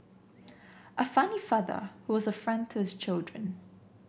a funny father who was a friend to his children